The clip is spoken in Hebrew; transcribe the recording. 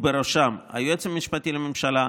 ובראשם היועץ המשפטי לממשלה,